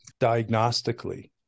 diagnostically